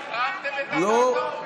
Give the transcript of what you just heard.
לא.